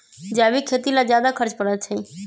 जैविक खेती ला ज्यादा खर्च पड़छई?